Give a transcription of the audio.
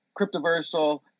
Cryptoversal